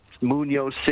Munoz